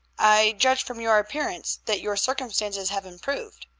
i judge from your appearance that your circumstances have improved,